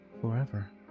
forever